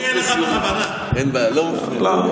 אין בעיה, לא מפריע.